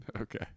Okay